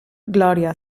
gloria